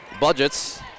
Budgets